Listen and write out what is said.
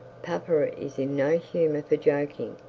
papa is in no humour for joking.